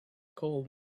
coal